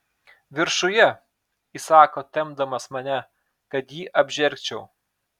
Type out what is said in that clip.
viršuje įsako tempdamas mane kad jį apžergčiau